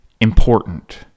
important